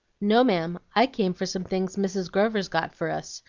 no, ma'am, i came for some things mrs. grover's got for us.